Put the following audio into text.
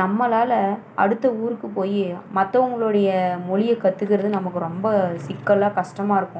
நம்மளால் அடுத்த ஊருக்கு போய் மற்றவங்களுடைய மொழியை கற்றுக்கிறது நமக்கு ரொம்ப சிக்கலாக கஷ்டமாயிருக்கும்